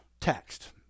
text